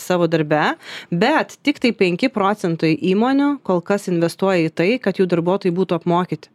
savo darbe bet tiktai penki procentai įmonių kol kas investuoja į tai kad jų darbuotojai būtų apmokyti